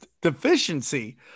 deficiency